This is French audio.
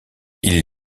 ils